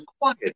quiet